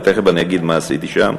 ותכף אגיד מה עשיתי שם,